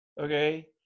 okay